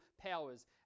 powers